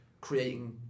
creating